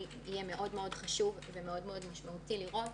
חשוב ומאוד מאוד משמעותי עבורי לראות